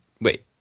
wait